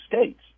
states